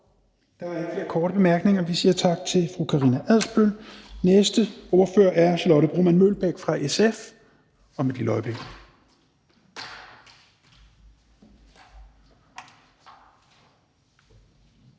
Der er ikke flere korte bemærkninger. Vi siger tak til fru Karina Adsbøl. Næste ordfører er Charlotte Broman Mølbæk fra SF om et lille